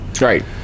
Right